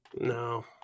No